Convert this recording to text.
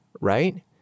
right